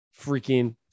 freaking